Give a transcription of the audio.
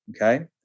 Okay